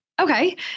Okay